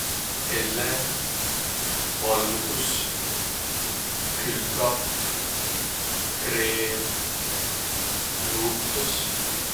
Helle, valgus, külmkapp, kreem, luutus.